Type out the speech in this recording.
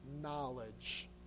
knowledge